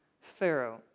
Pharaoh